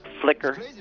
flicker